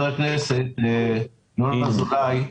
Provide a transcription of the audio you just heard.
חבר הכנסת אזולאי,